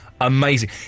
amazing